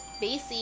BASIC